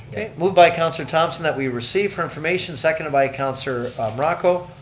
moved by councilor thomson that we receive for information, seconded by councilor morocco.